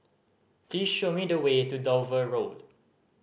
please show me the way to Dover Road